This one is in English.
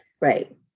right